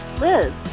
Liz